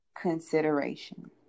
Consideration